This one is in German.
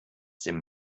dem